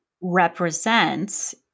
represents